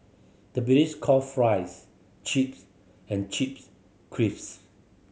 the call fries chips and chips crisps